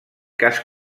cas